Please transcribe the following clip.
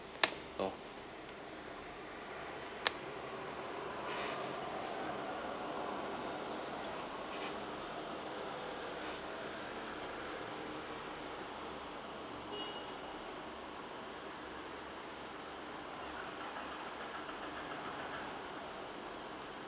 know